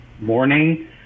morning